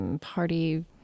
party